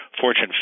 Fortune